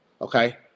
okay